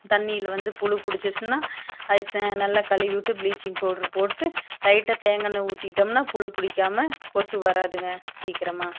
தண்ணியில் வந்து புழு பிடுச்சிருச்சினா அதுக்கு நல்லா கழுவி விட்டு பிளீச்சிங் பவுட்ரு போட்டு லைட்டாக தேங்காய் எண்ணெய் ஊற்றிட்டோம்னா புழு பிடிக்காம கொசு வராதுங்க சீக்கிரமாக